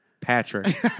Patrick